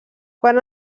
quan